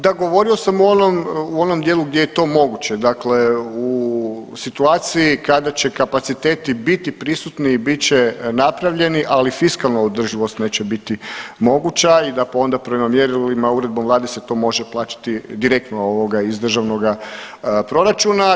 Da, govorio sam u onom dijelu gdje je to moguće, dakle u situaciji kada će kapaciteti biti prisutni i bit će napravljeni, ali fiskalna održivost neće biti moguća i da onda prema mjerilima uredbom vlade se to može plaćati direktno iz državnoga proračuna.